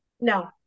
No